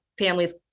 families